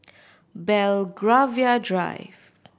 Belgravia Drive